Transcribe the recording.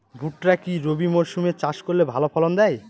ভুট্টা কি রবি মরসুম এ চাষ করলে ভালো ফলন দেয়?